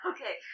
Okay